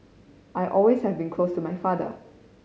I always have been close my father